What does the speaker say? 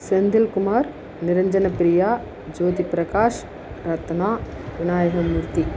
Senthilkumar Niranjanapriya Jyothi Prakash Ratna Vinayagamoorthy